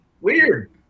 weird